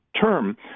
term